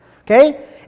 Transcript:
Okay